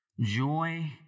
Joy